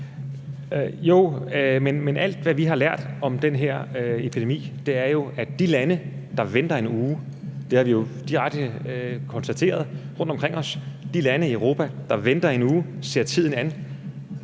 alt, hvad vi har lært om den her epidemi, er, at de lande i Europa, der venter en uge – det har vi jo direkte konstateret rundtomkring os – ser tiden an, mister kontrollen med epidemien.